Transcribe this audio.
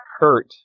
hurt